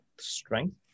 strength